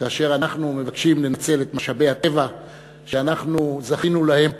כאשר אנחנו מבקשים לנצל את משאבי הטבע שאנחנו זכינו להם פה,